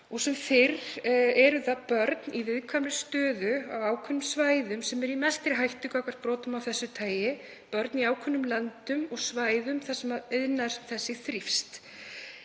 Og sem fyrr eru það börn í viðkvæmri stöðu á ákveðnum svæðum sem eru í mestri hættu gagnvart brotum af þessu tagi, börn í ákveðnum löndum og á svæðum þar sem